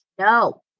No